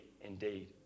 indeed